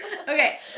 Okay